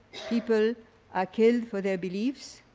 people are killed for their beliefs,